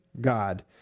God